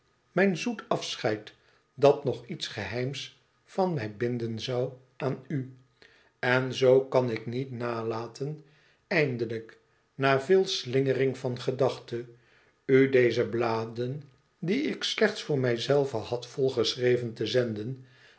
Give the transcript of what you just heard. mijn zoet afscheid dat nog iets geheims van mij binden zoû aan u en zoo kan ik niet nalaten eindelijk na veel slingering van gedachte u deze bladen die ik slechts voor mijzelvehad vol geschreven te zenden